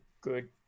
Good